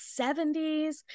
70s